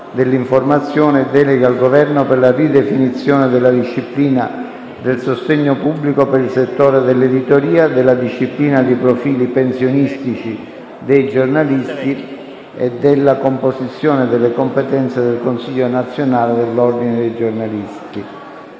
dell'informazione e deleghe al Governo per la ridefinizione della disciplina del sostegno pubblico per il settore dell'editoria, della disciplina di profili pensionistici dei giornalisti e della composizione e delle competenze del Consiglio nazionale dell'Ordine dei giornalisti»;